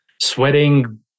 sweating